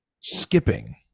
skipping